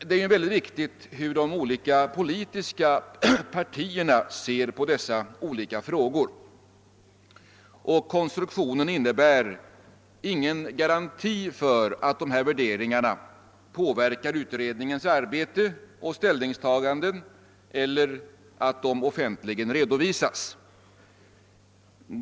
Det är viktigt att få veta hur de politiska partierna ser på dessa olika frågor. Konstruktionen med referensgrupper innebär emellertid ingen garanti för att dessa värderingar påverkar utredningens arbete och ställningstaganden eller att de redovisas offentligt.